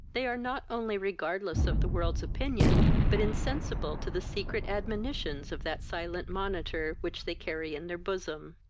they are not only regardless of the world's opinion, but insensible to the secret admonitions of that silent monitor, which they carry in their bosom.